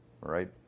right